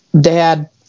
Dad